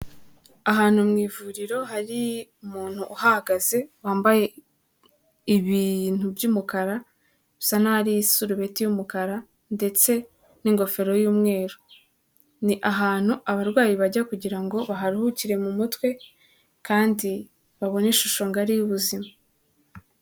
Ahantu mu ivuriro hari umuntu uhagaze wambaye ibintu by'umukara, bisa nk'aho ari isurubeti y'umukara ndetse n'ingofero y'umweru, ni ahantu abarwayi bajya kugira ngo baharuhukire mu mutwe kandi babone ishusho ngari y'ubuzima.